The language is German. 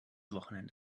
wochenende